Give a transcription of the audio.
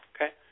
Okay